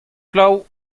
glav